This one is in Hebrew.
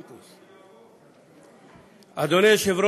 נתקבל.